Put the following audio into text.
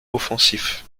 offensif